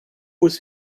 muss